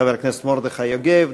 וחברי הכנסת מרדכי יוגב,